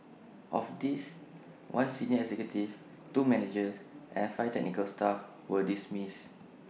of these one senior executive two managers and five technical staff were dismissed